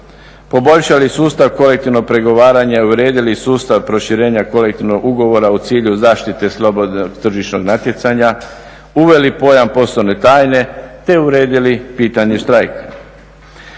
poboljšali sustav kolektivnog pregovaranja i uredili sustav proširenja kolektivnog ugovora u cilju zaštite slobodnog tržišnog natjecanja, uveli pojam poslovne tajne te uredili pitanje štrajka.